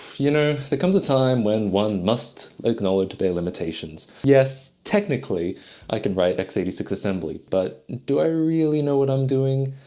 you know, there comes a time when one must acknowledge their limitations. yes, technically i can write x eight six assembly, but do i really know what i'm doing?